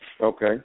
Okay